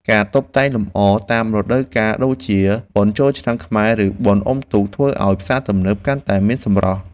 ការតុបតែងលម្អតាមរដូវកាលដូចជាបុណ្យចូលឆ្នាំខ្មែរឬបុណ្យអុំទូកធ្វើឱ្យផ្សារទំនើបកាន់តែមានសម្រស់។